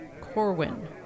Corwin